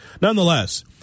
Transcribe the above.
Nonetheless